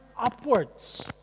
upwards